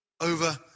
over